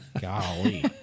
Golly